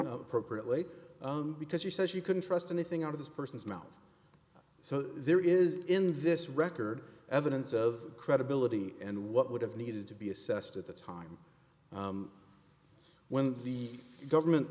appropriately because she says you can trust anything out of this person's mouth so there is in this record evidence of credibility and what would have needed to be assessed at the time when the government